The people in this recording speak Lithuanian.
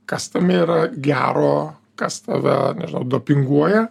kas tame yra gero kas tave nežinau dopinguoja